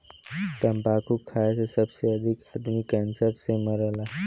तम्बाकू खाए से सबसे अधिक आदमी कैंसर से मरला